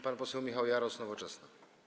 Pan poseł Michał Jaros, Nowoczesna.